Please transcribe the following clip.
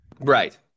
right